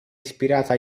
ispirata